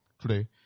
today